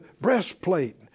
breastplate